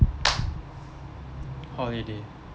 holiday